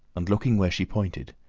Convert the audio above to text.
and looking where she pointed,